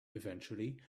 eventually